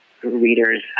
readers